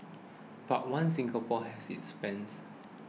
but One Singapore has its fans